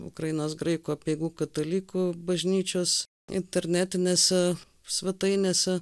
ukrainos graikų apeigų katalikų bažnyčios internetinėse svetainėse